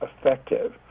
effective